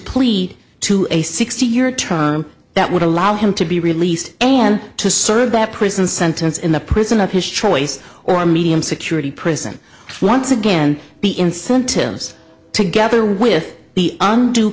plead to a sixty year term that would allow him to be released and to serve that prison sentence in the prison of his choice or a medium security prison once again the incentives together with the und